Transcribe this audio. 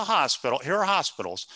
a hospital where hospitals